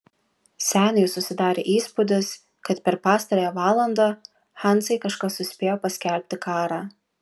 seniui susidarė įspūdis kad per pastarąją valandą hanzai kažkas suspėjo paskelbti karą